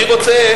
אני רוצה,